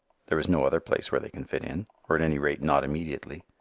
there is no other place where they can fit in, or at any rate not immediately.